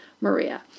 Maria